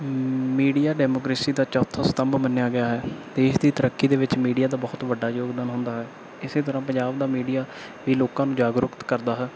media democracy ਦਾ ਚੌਥਾ ਸਤੰਭ ਮੰਨਿਆ ਗਿਆ ਹੈ ਦੇਸ਼ ਦੀ ਤਰੱਕੀ ਦੇ ਵਿੱਚ ਮੀਡੀਆ ਦਾ ਬਹੁਤ ਵੱਡਾ ਯੋਗਦਾਨ ਹੁੰਦਾ ਹੈ ਇਸੇ ਤਰ੍ਹਾਂ ਪੰਜਾਬ ਦਾ ਮੀਡੀਆ ਵੀ ਲੋਕਾਂ ਨੂੰ ਜਾਗਰੂਕਤ ਕਰਦਾ ਹੈ